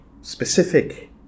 specific